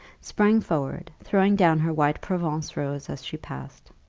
sprang forward, throwing down her white provence rose as she passed.